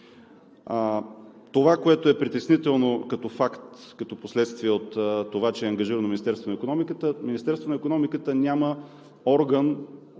Това, което е притеснително като факт, като последствие от това, че е ангажирано Министерството на икономиката – Министерството на икономиката няма орган